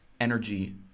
energy